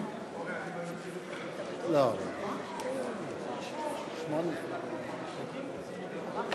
חברי הכנסת, אני מתכבד לעבור לציון יום ירושלים.